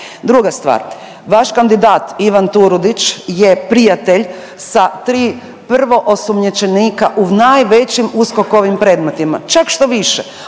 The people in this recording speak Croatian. Druga stvar, vaš kandidat Ivan Turudić je prijatelj sa 3 prvoosumnjičenika u najvećim USKOK-ovim predmetima, čak štoviše